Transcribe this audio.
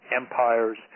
empires